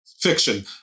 fiction